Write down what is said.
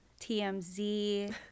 tmz